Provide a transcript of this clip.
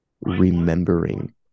remembering